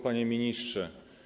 Panie Ministrze!